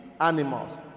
Animals